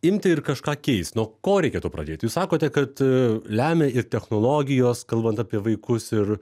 imti ir kažką keist nuo ko reikėtų pradėt jūs sakote kad lemia ir technologijos kalbant apie vaikus ir